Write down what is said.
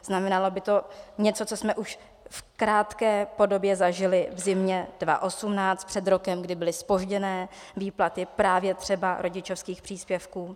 Znamenalo by to něco, co jsme už v krátké podobě zažili v zimě 2018, před rokem, kdy byly zpožděné výplaty právě třeba rodičovských příspěvků.